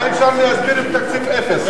מה אפשר להסביר עם תקציב אפס?